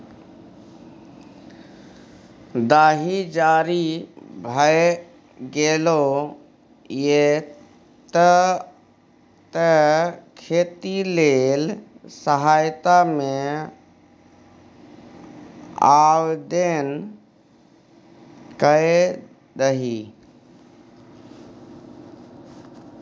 दाही जारी भए गेलौ ये तें खेती लेल सहायता मे आवदेन कए दही